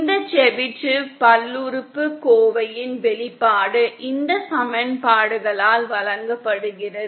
இந்த செபிஷேவ் பல்லுறுப்புக்கோவையின் வெளிப்பாடு இந்த சமன்பாடுகளால் வழங்கப்படுகிறது